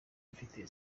mfite